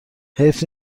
حیف